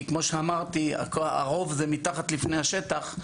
כי כמו שאמרתי, הרוב זה מתחת לפני השטח.